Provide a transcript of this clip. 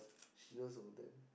she knows about them